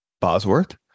Bosworth